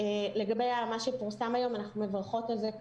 לגבי מה שפורסם היום, אנחנו מברכות על זה.